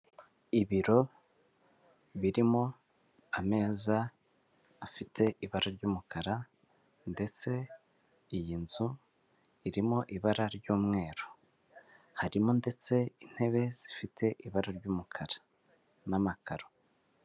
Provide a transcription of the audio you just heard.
Ibiro birimo ameza afite ibara ry'umukara ndetse iyi nzu irimo ibara ry'umweru, harimo ndetse intebe zifite ibara ry'umukara n'amakaro.